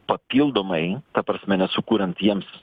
papildomai ta prasme nesukuriant jiems